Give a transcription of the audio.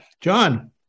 john